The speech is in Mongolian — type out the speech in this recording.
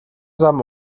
зам